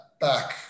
back